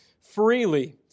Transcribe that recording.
freely